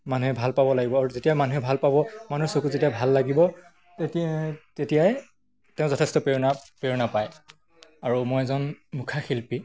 মানুহে ভাল পাব লাগিব আৰু যেতিয়া মানুহে ভাল পাব মানুহৰ চকুত যেতিয়া ভাল লাগিব তেতিয়া তেতিয়াই তেওঁ যথেষ্ট প্ৰেৰণা প্ৰেৰণা পায় আৰু মই এজন মুখা শিল্পী